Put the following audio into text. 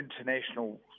international